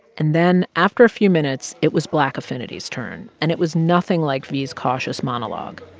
and then after a few minutes, it was black affinity's turn. and it was nothing like v's cautious monologue.